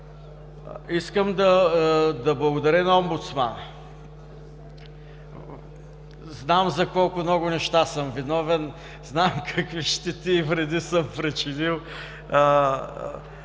Искам да благодаря и на омбудсмана. Знам за колко много неща съм виновен. Знам какви щети и вреди съм причинил,